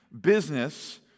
business